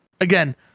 again